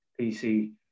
PC